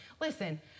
Listen